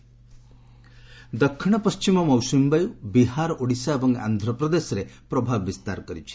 monsoon ଦକ୍ଷିଣ ପଶ୍ଚିମ ମୌସୁମୀବାୟୁ ବିହାର ଓଡ଼ିଶା ଏବଂ ଆନ୍ଧ୍ରପ୍ରଦେଶରେ ପ୍ରଭାବ ବିସ୍ତାର କରିଛି